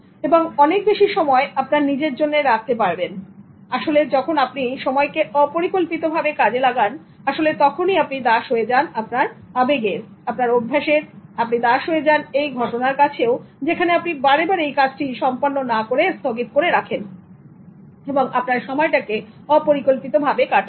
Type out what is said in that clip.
এবং অনেক বেশি সময় আপনার নিজের জন্য রাখতে পারবেন আসলে যখন আপনি সময়কে অপরিকল্পিতভাবে কাজে লাগান আসলে তখনই আপনি দাস হয়ে যান আপনার আবেগের আপনার অভ্যেসের আপনি দাস হয়ে যান এই ঘটনার কাছেও যেখানে আপনি বারেবারেই কাজটি সম্পন্ন না করে স্থগিত করে রাখেন বা আপনার সময়টাকে অপরিকল্পিত ভাবে কাটান